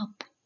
up